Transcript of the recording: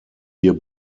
hier